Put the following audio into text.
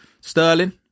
Sterling